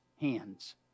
hands